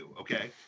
okay